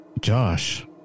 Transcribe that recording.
Josh